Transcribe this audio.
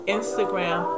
Instagram